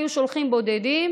היו שולחים בודדים,